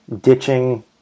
ditching